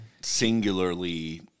singularly –